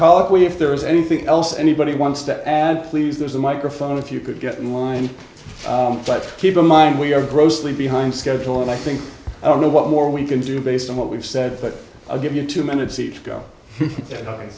colloquy if there is anything else anybody wants to add please there's a microphone if you could get in line but keep in mind we are grossly behind schedule and i think i don't know what more we can do based on what we've said but i'll give you two minutes each go up and